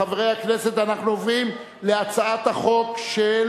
חברי הכנסת, אנחנו עוברים להצעת החוק של